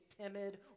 timid